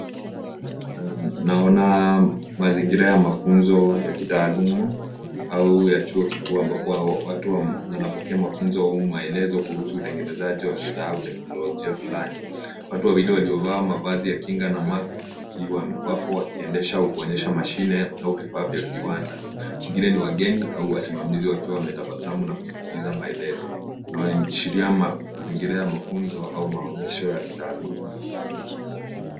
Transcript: Naona maonyesho ya mafunzo ya kitaaluma, au ya chuo, kitu ambacho kinawahusisha watu wanaopokea mafunzo au maelezo kuhusu utengenezaji wa vifaa au teknolojia fulani. Watu kwenye video wakiwa wamevaa mabasi ya kinga na mavazi ya mwapo wa kazi, wanaendesha na kuonyesha mashine pamoja na utengenezaji wa vifaa vya viwandani. Wengine ni wageni au wanafunzi wa chuo ambao wanatabasamu na kusikiliza maelezo huku wakioneshwa mafunzo au maonesho ya kitaaluma.